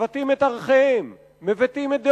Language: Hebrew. מבטאים את ערכיהם, מבטאים את דעותיהם,